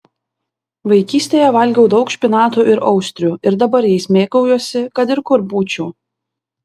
vaikystėje valgiau daug špinatų ir austrių ir dabar jais mėgaujuosi kad ir kur būčiau